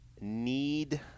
need